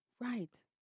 Right